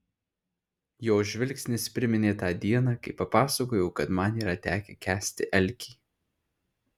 jo žvilgsnis priminė tą dieną kai papasakojau kad man yra tekę kęsti alkį